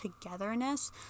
togetherness